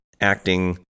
acting